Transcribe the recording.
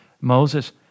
Moses